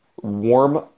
warm